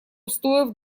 устоев